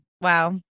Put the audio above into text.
Wow